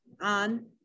on